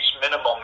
minimum